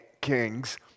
kings